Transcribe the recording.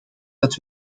dat